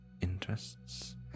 interests